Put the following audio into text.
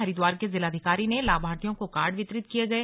हरिद्वार के जिलाधिकारी ने लाभार्थियों को कार्ड वितरीत किए गए